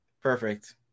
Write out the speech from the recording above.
Perfect